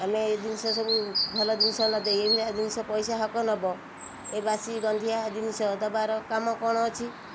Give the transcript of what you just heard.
ଆମେ ଏଇ ଜିନିଷ ସବୁ ଭଲ ଜିନିଷ ନଦେଇ ଏଇ ଭଳିଆ ଜିନିଷ ପଇସା ହକ ନବ ଏ ବାସି ଗନ୍ଧିଆ ଜିନିଷ ଦବାର କାମ କ'ଣ ଅଛି